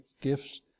gifts